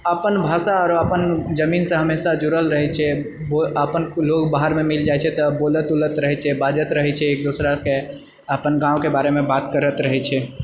अपन भाषा अपन जमीनसँ हमेशा जुड़ल रहए छै अपन लोग बाहरमे मिलि जाए छै तऽ मिलत उलत रहय छै बाजत रहए छै एक दूसराके अपन गांँवके बारेमे बात करत रहए छै